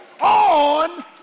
on